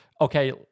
Okay